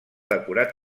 decorar